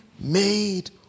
made